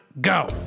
go